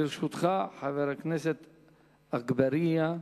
לרשותך, חבר הכנסת אגבאריה,